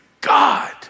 God